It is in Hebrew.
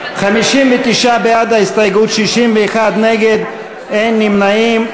59 בעד ההסתייגות, 61 נגד, אין נמנעים.